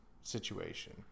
situation